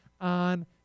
on